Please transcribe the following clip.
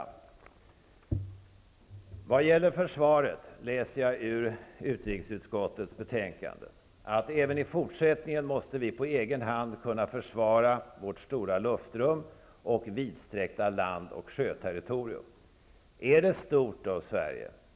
I vad gäller försvaret läser jag här ur utrikesutskottets betänkande att vi även i fortsättningen på egen hand måste kunna försvara vårt stora luftrum och vidsträckta land och sjöterritorium. Är Sverige stort?